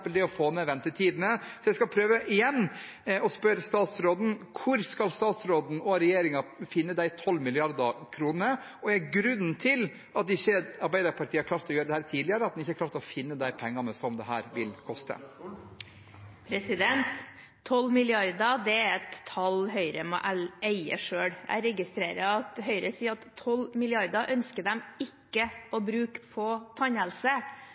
å få ned ventetidene. Jeg prøver igjen og spør statsråden: Hvor skal statsråden og regjeringen finne de 12 mrd. kr? Og er grunnen til at Arbeiderpartiet ikke har klart å gjøre dette tidligere, at en ikke har klart å finne de pengene? 12 mrd. kr er et tall Høyre må eie selv. Jeg registrerer at Høyre sier at 12 mrd. kr ønsker de ikke å bruke på tannhelse.